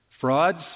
frauds